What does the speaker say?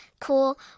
cool